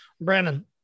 Brandon